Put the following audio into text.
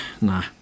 Nah